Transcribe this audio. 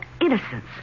innocence